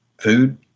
Food